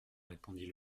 répondit